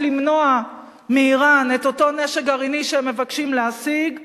למנוע מאירן את אותו נשק גרעיני שהם מבקשים להשיג,